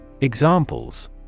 Examples